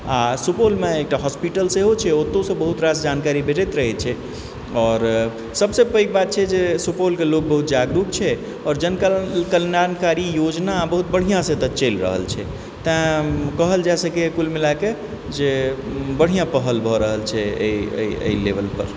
आओर सुपौलमे एकटा हॉस्पिटल सेहो छै ओतौसँ बहुत रास जानकारी भेटैत रहै छै आओर सभसँ पैघ बात छै जे सुपौलके लोक बहुत जागरुक छै आओर जनकल्याणकारी योजना बहुत बढ़िआँसँ एतय चलि रहल छै तैँ कहल जा सकैए कुल मिलाके जे बढ़िआँ पहल भऽ रहल छै एहि एहि लेवलपर